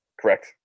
Correct